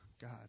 God